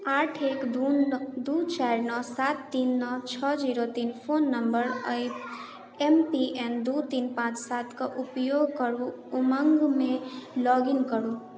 आठ एक दू दू चारि नओ सात तीन नओ छओ जीरो तीन फोन नम्बर आ एम पी एन दू तीन पांँच सात कऽ उपयोग करु उमङ्गमे लॉग इन करू